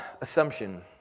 assumption